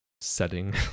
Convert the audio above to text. setting